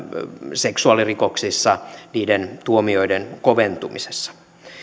seksuaalirikoksissa niiden tuomioiden koventumisessa